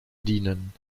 dienen